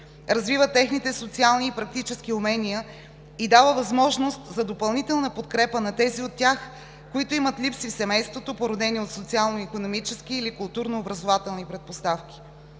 развива техните социални и практически умения и дава възможност за допълнителна подкрепа на тези от тях, които имат липси в семейството, породени от социално-икономически или културно-образователни предпоставки.